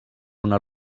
una